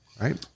right